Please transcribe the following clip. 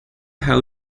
how